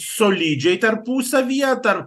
solidžiai tarpusavyje tarp